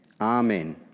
Amen